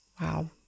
Wow